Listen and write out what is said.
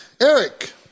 Eric